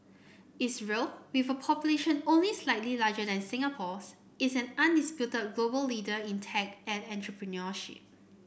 Israel with a population only slightly larger than Singapore's is an undisputed global leader in tech and entrepreneurship